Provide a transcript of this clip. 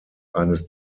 eines